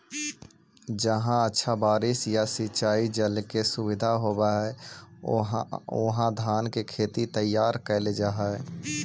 जहाँ अच्छा बारिश या सिंचाई जल के सुविधा होवऽ हइ, उहाँ धान के खेत तैयार कैल जा हइ